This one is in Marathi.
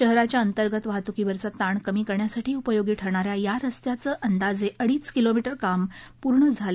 शहराच्या अंतर्गत वाहतुकीवरचा ताण कमी करण्यासाठी उपयोगी ठरणाऱ्या या रस्त्याचं अंदाजे अडीच किलोमी उे काम पूर्ण झालं आहे